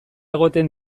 egoten